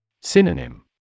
Synonym